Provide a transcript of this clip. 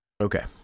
okay